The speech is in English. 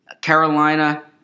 Carolina